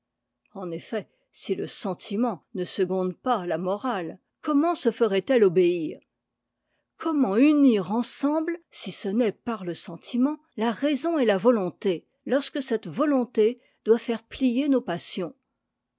en effet si le sentiment ne seconde pas la morale comment se ferait-elle obéir comment unir ensemble si ce n'est par le sentiment la raison et la volonté lorsque cette volonté doit faire plier nos passions